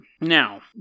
Now